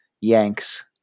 Yanks